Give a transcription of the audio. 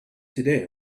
today